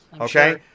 Okay